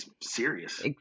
serious